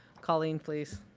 colleen, please.